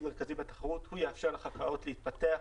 מרכזי בתחרות והוא יאפשר לחברות להתפתח,